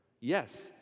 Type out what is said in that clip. Yes